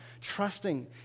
trusting